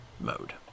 mode